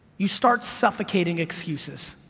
you start suffocating excuses.